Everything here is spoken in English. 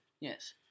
Yes